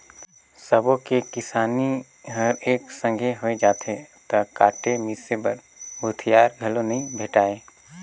सबो के किसानी हर एके संघे होय जाथे त काटे मिसे बर भूथिहार घलो नइ भेंटाय